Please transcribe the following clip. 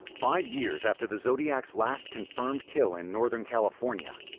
five years after the zodiac's last confirmed kill in northern california,